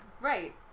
Right